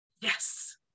Yes